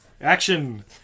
Action